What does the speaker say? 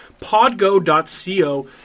podgo.co